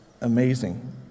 amazing